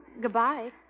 Goodbye